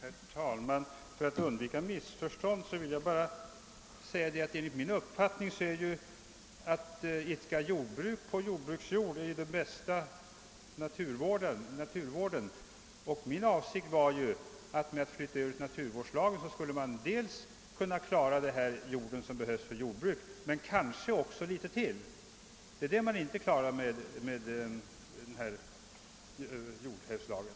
Herr talman! För att undvika missförstånd vill jag säga att enligt min uppfattning den bästa naturvården just är att idka jordbruk på jordbruksjord. Min avsikt var ju att man genom överflyttning av frågan till naturvårdslagen skulle kunna klara den jord som behövs för jordbruk men kanske också litet därutöver. Det är det man inte gör med jordhävdslagen.